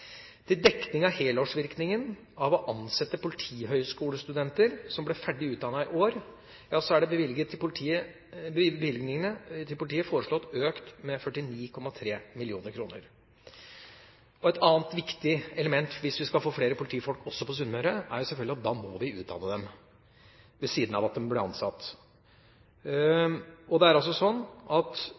Til dekning av helårsvirkningen av å ansette politihøgskolestudenter som ble ferdig utdannet i år, er bevilgningene til politiet foreslått økt med 49,3 mill. kr. Et annet viktig element hvis vi skal få flere politifolk også på Sunnmøre, er selvfølgelig at da må vi utdanne dem – i tillegg til å ansette dem. Det er altså sånn at